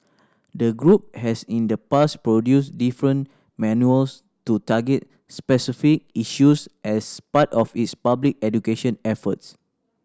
the group has in the past produced different manuals to target specific issues as part of its public education efforts